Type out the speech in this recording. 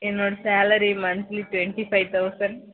என்னோட salary monthly twenty five thousand